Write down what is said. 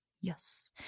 Yes